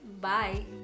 bye